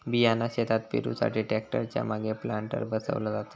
बियाणा शेतात पेरुसाठी ट्रॅक्टर च्या मागे प्लांटर बसवला जाता